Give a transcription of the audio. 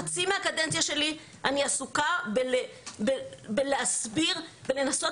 חצי מהקדנציה שלי אני עסוקה בלהסביר ולנסות